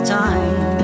time